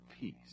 Peace